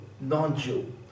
non-Jew